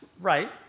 Right